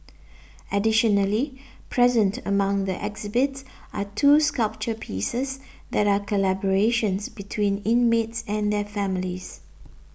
additionally present among the exhibits are two sculpture pieces that are collaborations between inmates and their families